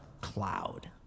cloud